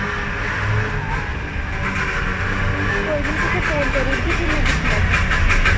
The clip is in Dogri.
कोई नी में तुसेंगी फोन करूड़गी फ्ही मैं दिक्खी लैगी